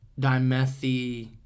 dimethy